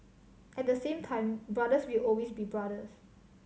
at the same time brothers will always be brothers